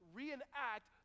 reenact